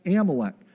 Amalek